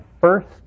first